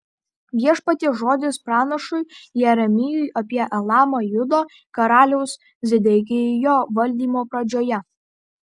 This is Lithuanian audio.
viešpaties žodis pranašui jeremijui apie elamą judo karaliaus zedekijo valdymo pradžioje